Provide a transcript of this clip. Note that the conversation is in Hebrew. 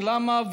ולמה?